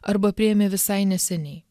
arba priėmė visai neseniai